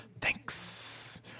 thanks